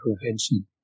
prevention